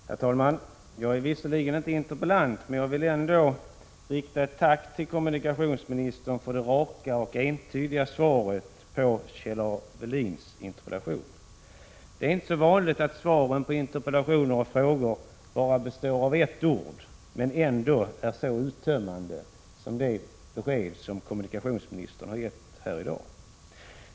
Herr talman! Jag är visserligen inte interpellant, men jag vill ändå rikta ett tack till kommunikationsministern för det raka och entydiga svaret på Kjell-Arne Welins interpellation. Det är inte så vanligt att svaren på interpellationer och frågor bara består av ett enda ord men ändå är så uttömmande som det besked kommunikationsministern har gett här i dag.